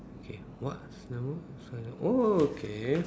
okay what's the normal oh okay